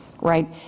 right